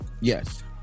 Yes